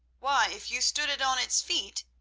why, if you stood it on its feet,